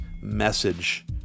message